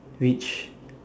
which